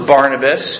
Barnabas